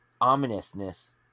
ominousness